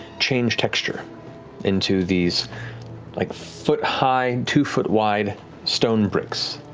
change texture into these like foot-high, two-foot wide stone bricks,